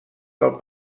del